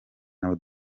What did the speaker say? n’abo